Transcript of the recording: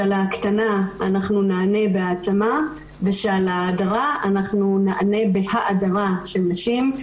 ההקטנה אנחנו נענה בהנצחה בהעצמה ועל הדרה אנחנו נענה בהאדרה של נשים.